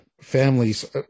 families